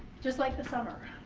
just like the summer.